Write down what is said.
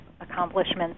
accomplishments